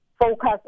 focus